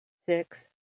six